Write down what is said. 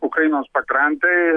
ukrainos pakrantėj